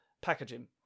packaging